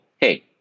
hey